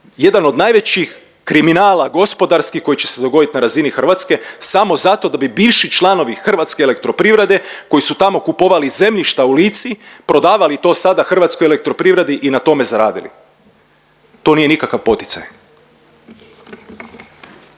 jedan od najvećih kriminala gospodarskih koji će se dogodit na razini Hrvatske samo zato da bi bivši članovi Hrvatske elektroprivrede koji su tamo kupovali zemljišta u Lici, prodavali to sada HEP-u i na tome zaradili. To nije nikakav poticaj.